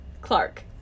Clark